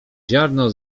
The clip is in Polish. ziarno